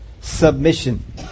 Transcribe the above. submission